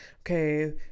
okay